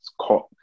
caught